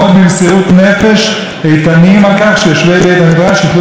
על כך שיושבי בית המדרש יוכלו להגות בתורה כל זמן שנפשם חשקה בתורה,